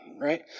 right